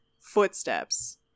footsteps